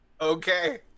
Okay